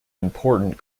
important